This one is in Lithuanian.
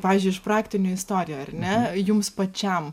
pavyzdžiui iš praktinių istorijų ar ne jums pačiam